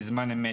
בזמן אמת.